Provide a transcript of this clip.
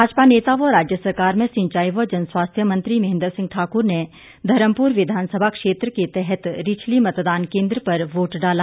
भाजपा नेता व राज्य सरकार में सिंचाई व जन स्वास्थ्य मंत्री महेन्द्र सिंह ठाक्र ने धर्मपुर विधानसभा क्षेत्र के तहत रिछली मतदान केंद्र पर वोट डाला